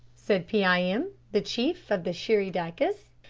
said pee-eye-em, the chief of the shirry-dikas,